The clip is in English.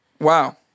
Wow